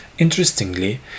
Interestingly